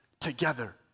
together